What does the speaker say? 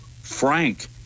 frank